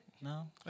no